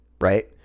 right